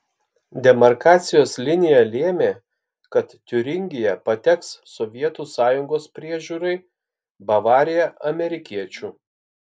demarkacijos linija lėmė kad tiuringija pateks sovietų sąjungos priežiūrai bavarija amerikiečių